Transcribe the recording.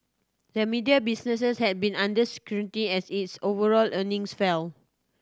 the media businesses has been under scrutiny as its overall earnings fell